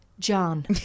John